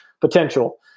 potential